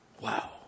Wow